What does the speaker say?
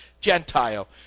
Gentile